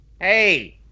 hey